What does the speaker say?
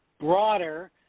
broader